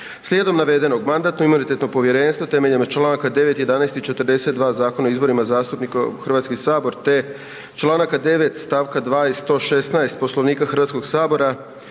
Slijedom navedenog Mandatno-imunitetno povjerenstvo Hrvatskoga sabora temeljem čl. 9., 11. i 42. Zakona o izborima zastupnika u Hrvatski sabor te čl. 9. st. 2. i 116. Poslovnika Hrvatskog sabora